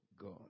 God